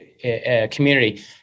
community